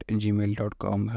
gmail.com